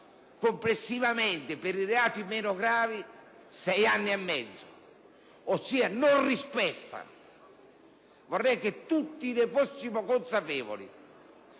complessivamente, per i reati meno gravi, un tempo di sei anni e mezzo; ossia non rispetta - vorrei che tutti ne fossimo consapevoli